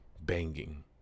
banging